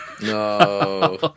no